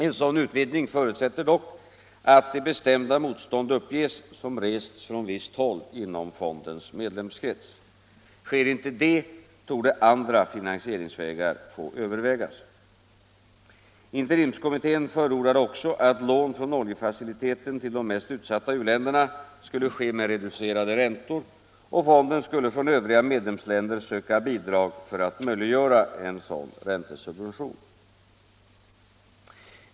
En sådan utvidgning förutsätter dock att det bestämda motstånd uppges som rests från visst håll inom fondens medlemskrets. Sker inte detta torde andra finansieringsvägar få övervägas. Interimskommittén förordade även att lån från oljefaciliteten till de mest utsatta u-länderna skulle ske med reducerade räntor och fonden skulle från övriga medlemsländer söka bidrag för att möjliggöra en sådan räntesubvention.